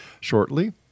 shortly